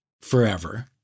forever